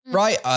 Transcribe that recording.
right